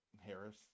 Harris